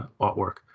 artwork